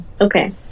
Okay